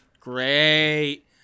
Great